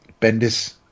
Bendis